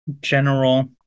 general